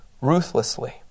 ruthlessly